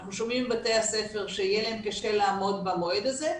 אנחנו שומעים מבתי הספר שיהיה להם קשה לעמוד במועד הזה,